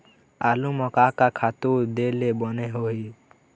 आलू म का का खातू दे ले बने होही?